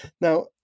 Now